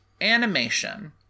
animation